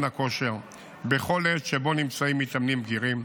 הכושר בכל עת שבה נמצאים מתאמנים בגירים,